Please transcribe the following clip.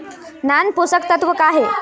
नान पोषकतत्व का हे?